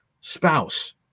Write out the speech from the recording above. spouse